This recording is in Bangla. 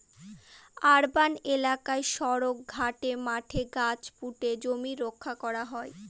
আরবান এলাকায় সড়ক, ঘাটে, মাঠে গাছ পুঁতে জমি রক্ষা করা হয়